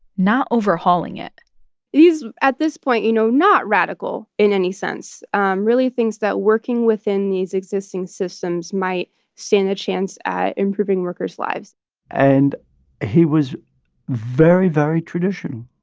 not overhauling it he's, at this point, you know, not radical in any sense um really thinks that working within these existing systems might stand a chance at improving workers' lives and he was very, very traditional.